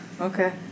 okay